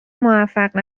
موفق